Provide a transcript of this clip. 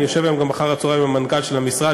אני אשב היום אחר-הצהריים עם מנכ"ל המשרד